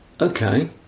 Okay